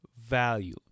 value